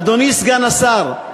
אדוני סגן השר,